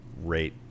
rate